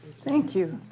thank you.